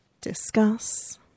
Discuss